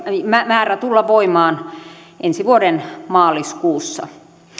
määrä tulla voimaan ensi vuoden maaliskuussa